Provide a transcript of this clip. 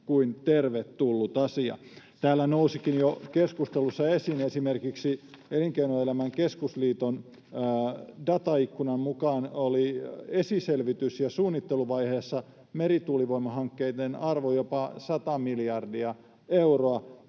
kuin tervetullut asia. Täällä keskustelussa jo nousikin esiin, että esimerkiksi Elinkeinoelämän keskusliiton dataikkunan mukaan esiselvitys- ja suunnitteluvaiheessa merituulivoimahankkeiden arvo oli jopa 100 miljardia euroa.